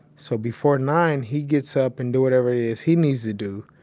so before nine, he gets up and do whatever it is he needs to do.